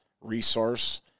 resource